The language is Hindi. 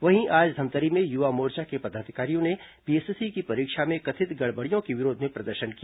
वहीं आज धमतरी में युवा पदाधिकारियों ने पीएससी की परीक्षा में कथित गड़बड़ियों के विरोध में प्रदर्शन किया